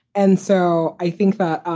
and so i think that,